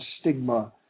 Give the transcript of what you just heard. stigma